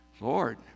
Lord